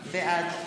בעד